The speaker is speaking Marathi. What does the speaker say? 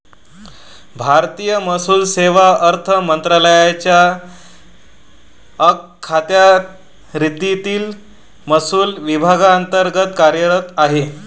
भारतीय महसूल सेवा अर्थ मंत्रालयाच्या अखत्यारीतील महसूल विभागांतर्गत कार्यरत आहे